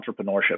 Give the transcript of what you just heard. entrepreneurship